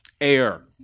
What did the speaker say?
Air